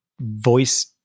voice